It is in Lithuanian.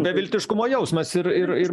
beviltiškumo jausmas ir ir ir